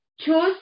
choose